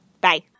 Bye